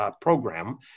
program